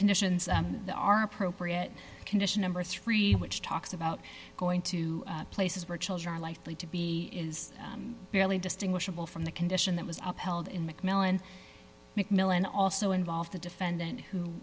conditions that are appropriate condition number three which talks about going to places where children are likely to be is barely distinguishable from the condition that was held in mcmillan mcmillan also involved the defendant who